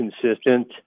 consistent